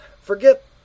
forget